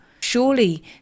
Surely